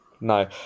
no